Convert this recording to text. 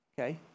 okay